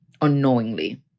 unknowingly